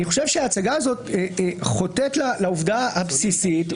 אני חושב שההצגה הזאת חוטאת לעובדה הבסיסית,